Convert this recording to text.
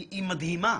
היא מדהימה.